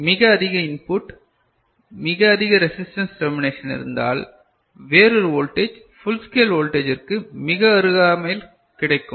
மிக அதிக இன்புட் மிக அதிக ரெசிஸ்டன்ஸ் டெர்மினேஷன் இருந்தால் வேறொரு வோல்டேஜ் ஃபுல் ஸ்கேல் வோல்டேஜ்ற்கு மிக அருகாமையில் கிடைக்கும்